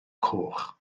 coch